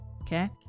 Okay